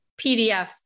PDF